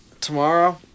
Tomorrow